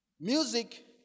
Music